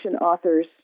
authors